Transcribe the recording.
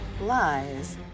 Lies